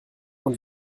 und